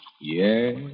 Yes